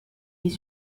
les